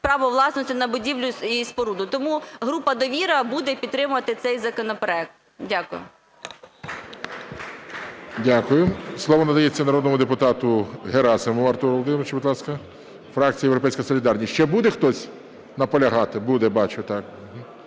право власності на будівлю і споруду. Тому група "Довіра" буде підтримувати цей законопроект. Дякую. ГОЛОВУЮЧИЙ. Дякую. Слово надається народному депутату Герасимову Артуру Володимирович, будь ласка, фракція "Європейська солідарність". Ще буде хтось наполягати? Буде, бачу, так.